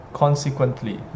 consequently，